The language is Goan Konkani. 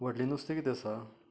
व्हडले नुस्तें किदें आसा